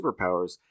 superpowers